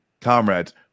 comrades